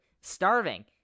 starving